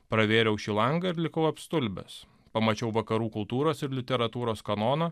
pravėriau šį langą ir likau apstulbęs pamačiau vakarų kultūros ir literatūros kanoną